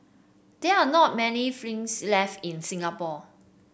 there are not many left in Singapore